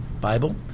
Bible